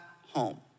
home